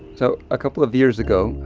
so a couple of years ago,